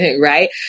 Right